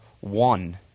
one